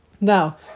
Now